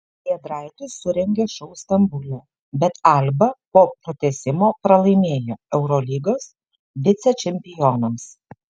giedraitis surengė šou stambule bet alba po pratęsimo pralaimėjo eurolygos vicečempionams